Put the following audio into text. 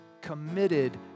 committed